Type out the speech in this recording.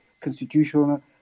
Constitutional